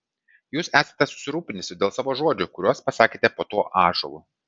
jūs esate susirūpinusi dėl savo žodžių kuriuos pasakėte po tuo ąžuolu